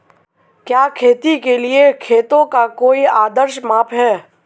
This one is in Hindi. क्या खेती के लिए खेतों का कोई आदर्श माप है?